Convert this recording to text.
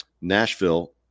Nashville